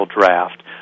draft